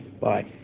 bye